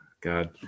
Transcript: God